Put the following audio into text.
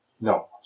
No